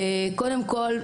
קודם כל,